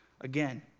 Again